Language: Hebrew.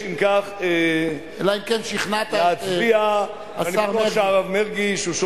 אלא אם כן שכנעת את השר מרגי.